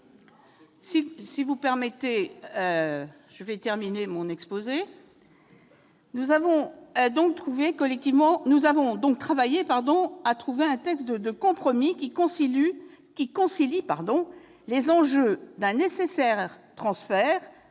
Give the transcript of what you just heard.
Si vous le permettez, je vais terminer mon exposé ! Nous avons donc travaillé, disais-je, à trouver un texte de compromis qui concilie les enjeux d'un nécessaire transfert